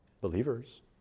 believers